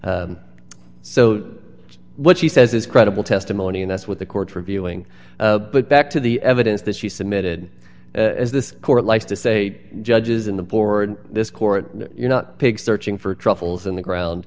yes so what she says is credible testimony and that's what the court reviewing but back to the evidence that she submitted as this court likes to say judges in the board this court you're not pig searching for truffles in the ground